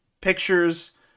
pictures